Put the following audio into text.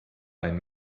ein